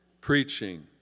preaching